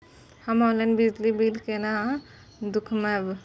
हम ऑनलाईन बिजली बील केना दूखमब?